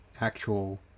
actual